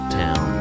town